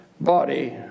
body